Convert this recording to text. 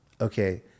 Okay